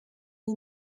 iyi